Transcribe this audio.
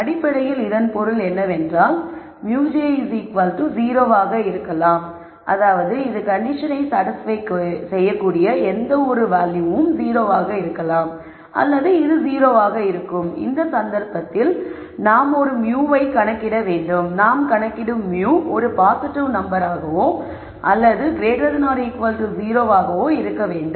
அடிப்படையில் இதன் பொருள் என்னவென்றால் μj0 இருக்கலாம் அதாவது இது கண்டிஷனை சாடிஸ்பய் செய்யக்கூடிய எந்தவொரு வால்யூ ஆகவும் இருக்கலாம் அல்லது இது 0 ஆகும் அந்த சந்தர்ப்பத்தில் நாம் ஒரு μ வை கணக்கிட வேண்டும் நாம் கணக்கிடும் μ ஒரு பாசிட்டிவ் நம்பராகவோ அல்லது 0 ஆகவோ இருக்க வேண்டும்